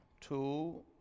two